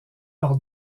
par